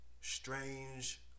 strange